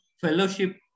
fellowship